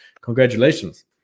Congratulations